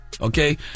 Okay